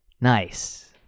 nice